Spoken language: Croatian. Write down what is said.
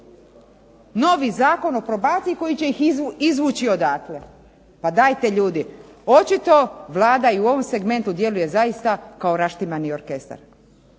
novi Zakon o probaciji koji će ih izvući odatle. Pa dajte ljudi. Očito Vlada i u ovom segmentu djeluje zaista kao raštimani orkestar.